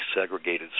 segregated